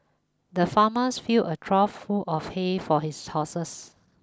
the farmer filled a trough full of hay for his horses